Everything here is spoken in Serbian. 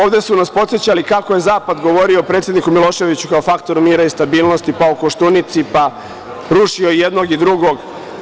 Ovde su nas podsećali kako je zapad govorio o predsedniku Miloševiću, kao faktoru mira i stabilnosti, pa o Koštunici, pa rušio jednog i drugog.